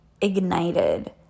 ignited